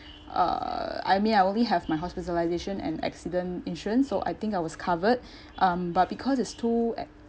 uh I mean I only have my hospitalisation and accident insurance so I think I was covered um but because it's too ex